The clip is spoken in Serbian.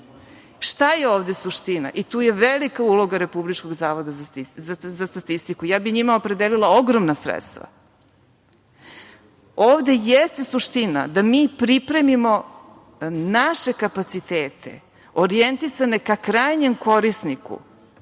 Šta je ovde suština, i tu je velika uloga Republičkog zavoda za statistiku, ja bih njima opredelila ogromna sredstva, ovde jeste suština da mi pripremimo naše kapacitete orijentisane ka krajnjem korisniku,